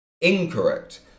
Incorrect